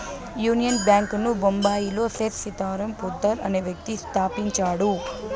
union Bank ను బొంబాయిలో సేథ్ సీతారాం పోద్దార్ అనే వ్యక్తి స్థాపించాడు